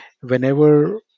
Whenever